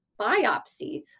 biopsies